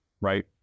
right